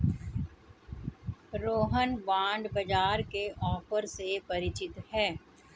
Rohan bond बाजार के offer से परिचित है